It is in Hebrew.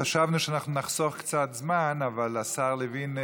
חשבנו שאנחנו נחסוך קצת זמן, אבל השר לוין,